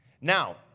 Now